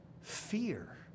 Fear